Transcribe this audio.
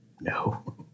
No